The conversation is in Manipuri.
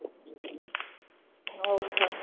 ꯑꯧ ꯍꯣꯏ